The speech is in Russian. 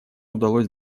удалось